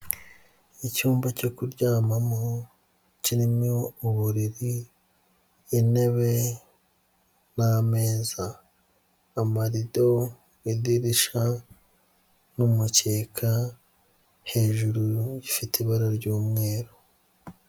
Icyumba cyo kuryamamo, kirimo uburiri, intebe n'ameza, amarido, idirishya n'umukeka, hejuru ifite ibara ry'umweru.